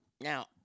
Now